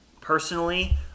Personally